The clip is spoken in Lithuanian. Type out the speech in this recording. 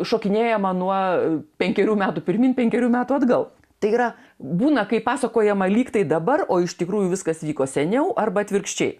šokinėjama nuo penkerių metų pirmyn penkerių metų atgal tai yra būna kai pasakojama lyg tai dabar o iš tikrųjų viskas vyko seniau arba atvirkščiai